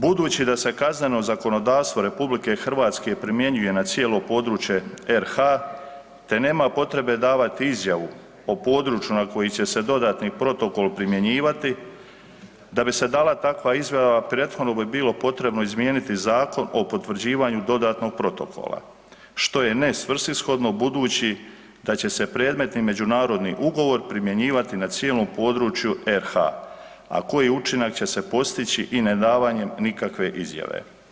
Budući da se kazneno zakonodavstvo RH primjenjuje na cijelo područje RH, te nema potrebe davati izjavu o područjima na kojima će se dodatni protokol primjenjivati, da bi se dala takva izjava, prethodno bi bilo potrebno izmijeniti Zakon o potvrđivanju dodatnog protokola što je nesvrsishodno budući da će se predmetni međunarodni ugovor primjenjivati na cijelom području RH a koji učinak će se postići i nedavanjem nikakve izjave.